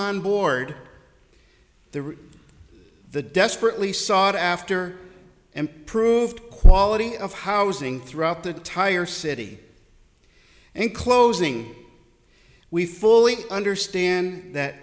on board the the desperately sought after improved quality of housing throughout the tire city and in closing we fully understand that